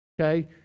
Okay